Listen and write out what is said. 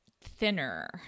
Thinner